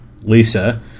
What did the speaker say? Lisa